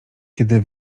kiedy